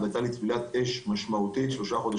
יש לזה משמעויות של כריתות,